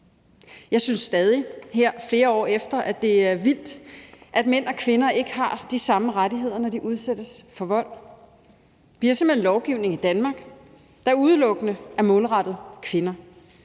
Jeg synes stadig, her flere år efter, at det er vildt, at mænd og kvinder ikke har de samme rettigheder, når de udsættes for vold. Vi har simpelt hen lovgivning i Danmark, der udelukkende er målrettet kvinder.